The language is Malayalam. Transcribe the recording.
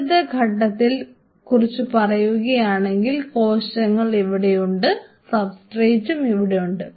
ആദ്യത്തെ ഘട്ടത്തെ കുറിച്ച് പറയുകയാണെങ്കിൽ കോശങ്ങൾ ഇവിടെയുണ്ട് സബ്സ്ട്രേറ്റും ഇവിടെയുണ്ട്